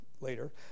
later